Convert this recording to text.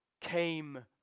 came